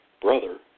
brother